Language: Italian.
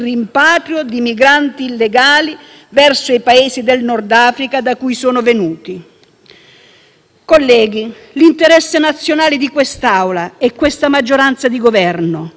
Colleghi, l'interesse nazionale di quest'Assemblea e questa maggioranza di Governo coincideranno con il reato di umanità? Fatevi questa domanda, domani, quando voterete.